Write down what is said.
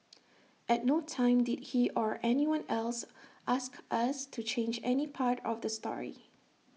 at no time did he or anyone else ask us to change any part of the story